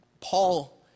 Paul